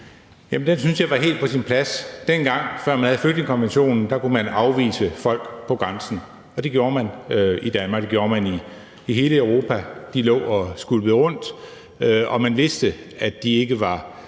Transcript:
den synes jeg var helt på sin plads. Dengang, før man havde flygtningekonventionen, kunne man afvise folk på grænsen. Det gjorde man i Danmark, og det gjorde man i hele Europa. De lå og skvulpede rundt, og man vidste, at de ikke var